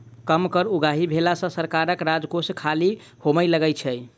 कम कर उगाही भेला सॅ सरकारक राजकोष खाली होमय लगै छै